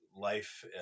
life